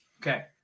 Okay